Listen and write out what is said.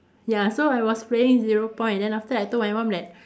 ya so I was playing zero point then after that I told my mum that